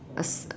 a s~